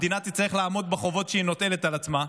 המדינה תצטרך לעמוד בחובות שהיא נוטלת על עצמה,